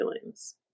feelings